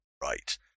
right